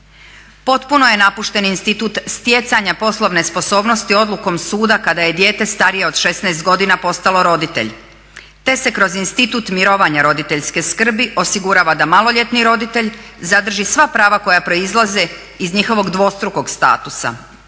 Potpuno je napušten institut stjecanja poslovne sposobnosti odlukom suda kada je dijete starije od 16 godina postalo roditelj te se kroz institut mirovanja roditeljske skrbi osigurava da maloljetni roditelj zadrži sva prava koja proizlaze iz njihovog dvostrukog statusa